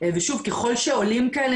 ושוב ככל שעולים כאלה,